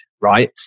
right